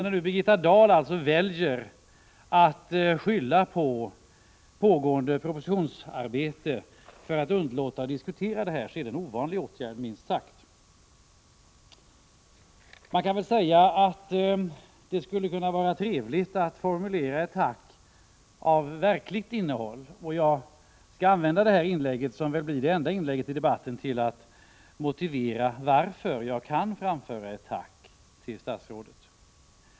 När nu Birgitta Dahl alltså väljer att skylla på pågående propositionsarbete för att underlåta att diskutera frågan är det minst sagt en mycket ovanlig åtgärd. Man kan säga att det skulle vara trevligt att formulera ett tack av verkligt innehåll. Jag skall använda det här inlägget, som blir mitt enda inlägg i denna debatt, till att motivera varför jag kan framföra ett tack till statsrådet.